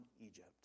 Egypt